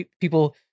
people